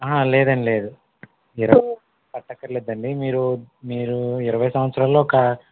అహ లేదండి లేదు ఇరవై కట్టక్కర్లేదు దాన్ని మీరు మీరు ఇరవై సంవత్సరాలలో ఒక